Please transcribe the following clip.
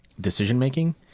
decision-making